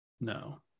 No